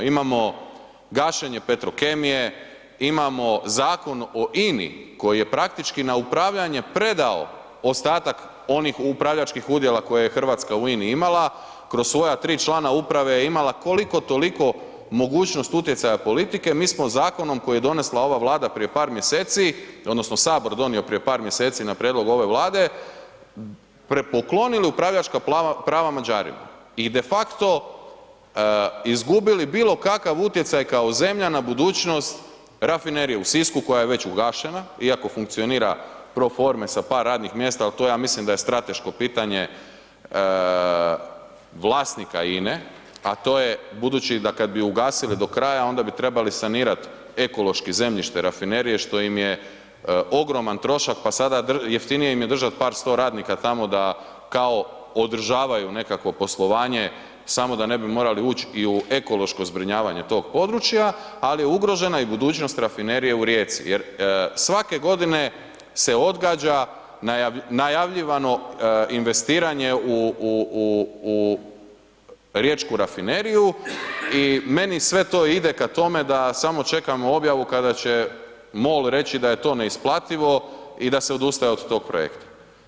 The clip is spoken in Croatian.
Imamo gašenje Petrokemije, imamo Zakon o INA-i koji je praktički na upravljanje predao ostataka onih upravljačkih udjela koje je Hrvatska u INA-i imala kroz svoja 3 člana uprave je imala koliko–toliko mogućnost utjecaja politike, mi smo zakonom koji je donesla ova Vlada prije mjeseci odnosno Sabor donio prije par mjeseci na prijedlog ove Vlade, poklonili upravljačka prava Mađarima i de facto izgubili bilokakav utjecaj kao zemlja na budućnost rafinerije u Sisku koja je već ugašena iako funkcionira pro forme sa par radnih mjesta ali to ja mislim da je strateško pitanje vlasnika INA-e a to je budući da kad bi ugasili do kraja, onda bi trebali sanirati ekološki zemljište rafinerije što im je ogroman trošak pa sada jeftinije im je držat par sto radnika tamo da kao održavaju nekakvo poslovanje samo da ne bi morali ući i u ekološko zbrinjavanje tog područja, ali je ugrožena i budućnost rafinerije u Rijeci jer svake godine se odgađa najavljivano investiranje u riječku rafineriju i meni sve to ide ka tome da samo čekamo objavu kada će MOL reći da je to neisplativo i da se odustaje od tog projekta.